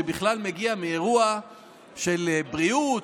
שבכלל מגיע מאירוע של בריאות,